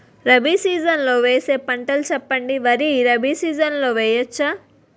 Rabi season లో వేసే పంటలు చెప్పండి? వరి రబీ సీజన్ లో వేయ వచ్చా?